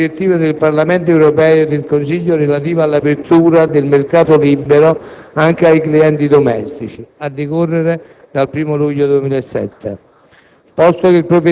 recepiscono la direttiva del Parlamento europeo e del Consiglio relativa all'apertura del mercato libero anche ai clienti domestici, a decorrere dal 1° luglio 2007.